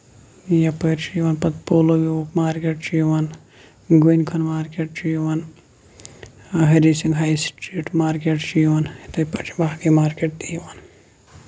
یَپٲرۍ چھُ یِوان پَتہٕ پولو ویوٗ مارکیٹ چھُ یِوان گٔنۍ کھن مارکیٹ چھُ یِوان Hari Singh high street market چھُ یِوان تَتہِ پٮ۪ٹھ چھُ باقٕے مارکیٹ تہِ یِوان